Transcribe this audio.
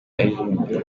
aririmbira